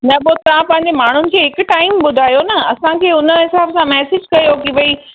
या पोइ तव्हां पंहिंजे माण्हुनि खे हिक टाइम ॿुधायो न असांखे उन हिसाब सां मैसिज कयो कि भई